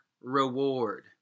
reward